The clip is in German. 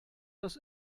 das